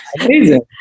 amazing